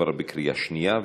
עברה בקריאה שנייה.